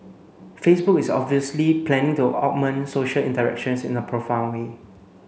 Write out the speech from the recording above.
Facebook is obviously planning to augment social interactions in a profound way